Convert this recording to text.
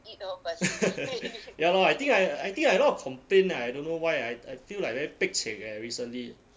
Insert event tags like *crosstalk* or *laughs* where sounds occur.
*laughs* ya lor I think I I think I a lot of complain I don't know why I feel like very pek cek eh recently